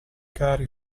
cari